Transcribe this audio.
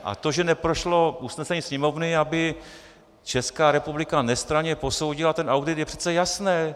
A to, že neprošlo usnesení Sněmovny, aby Česká republika nestranně posoudila ten audit, je přece jasné.